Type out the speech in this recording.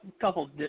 couple